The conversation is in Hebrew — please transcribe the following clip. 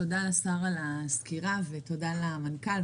תודה לשר על הסקירה ותודה למנכ"ל,